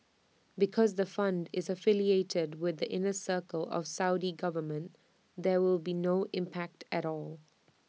because the fund is affiliated with the inner circle of Saudi government there will be no impact at all